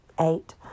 eight